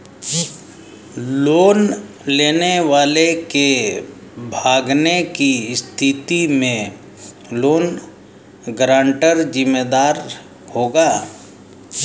loan लेने वाले के भागने की स्थिति में लोन गारंटर जिम्मेदार होगा